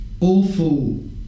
awful